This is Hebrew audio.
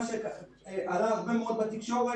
מה שעלה הרבה מאוד בתקשורת.